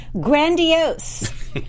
Grandiose